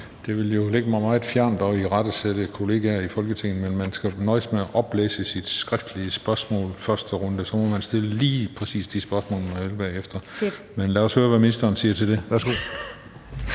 Det ville jo ligge mig meget fjernt at irettesætte kollegaer i Folketinget, men man skal nøjes med at oplæse sit skriftlige spørgsmål i første runde. Så må man stille lige præcis de spørgsmål, man vil, bagefter. Men lad os høre, hvad ministeren siger til det. Kl.